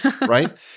right